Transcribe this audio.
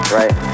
right